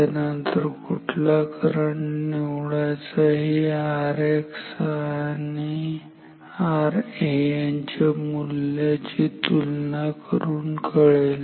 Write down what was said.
त्यानंतर कुठला करंट निवडायचा हे RA आणि Rx यांच्या मूल्याची तुलना करून कळेल